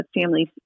families